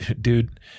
Dude